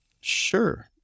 Sure